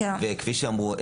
וכפי שאמרו,